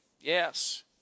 Yes